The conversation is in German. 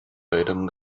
beidem